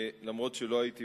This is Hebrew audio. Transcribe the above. הוא ישיב גם